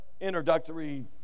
introductory